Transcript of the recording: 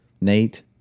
Nate